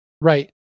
Right